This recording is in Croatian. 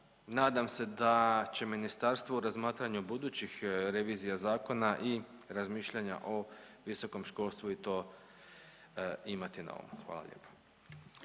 nadam se da će ministarstvo u razmatranju budućih revizija zakona i razmišljanja o visokom školstvu i to imati na umu. Hvala lijepa.